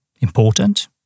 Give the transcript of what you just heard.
important